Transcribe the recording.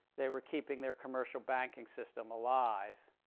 they were keeping their commercial banking system alive